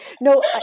No